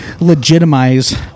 legitimize